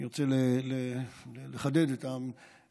אני רוצה לחדד את החשיבות